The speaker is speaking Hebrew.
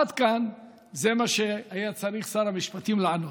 עד כאן מה שהיה צריך שר המשפטים לענות,